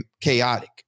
chaotic